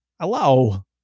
Hello